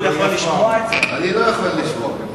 חוץ וביטחון, אני לא יכול לשמוע.